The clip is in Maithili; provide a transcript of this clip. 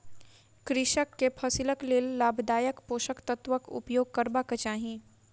कृषक के फसिलक लेल लाभदायक पोषक तत्वक उपयोग करबाक चाही